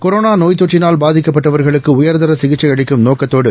corona நோய்த் தொற்றினால் பாதிக்கப்பட்டவர்களுக்கு உயர்தர சிகிச்சை அளிக்கும் நோக்கத்தோடு